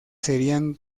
serían